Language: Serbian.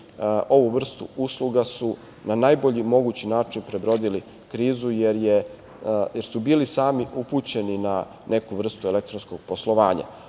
ovu vrstu usluga su na najbolji mogući način prebrodili krizu, jer su bili sami upućeni na neku vrstu elektronskog poslovanja. Kod